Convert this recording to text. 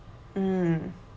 mm